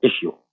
issue